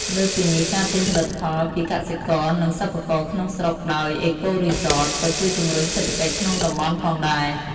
លើសពីនេះ ការទិញផលិតផលពីកសិករ និងសិប្បករក្នុងស្រុកដោយ អេកូរីសត ក៏ជួយជំរុញសេដ្ឋកិច្ចក្នុងតំបន់ផងដែរ។